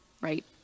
right